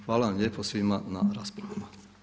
Hvala vam lijepo svima na raspravama.